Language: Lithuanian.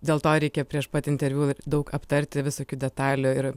dėl to reikia prieš pat interviu daug aptarti visokių detalių ir